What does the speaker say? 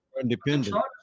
independent